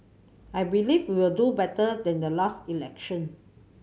I believe we will do better than the last election